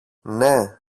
ναι